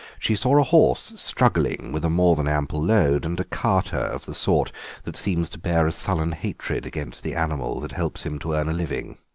she saw a horse struggling with a more than ample load, and a carter of the sort that seems to bear a sullen hatred against the animal that helps him to earn a living.